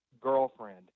girlfriend